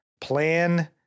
plan